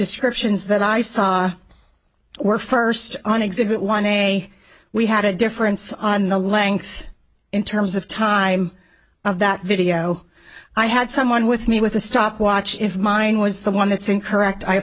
descriptions that i saw were first on exhibit one a we had a difference on the length in terms of time of that video i had someone with me with a stopwatch if mine was the one that's incorrect i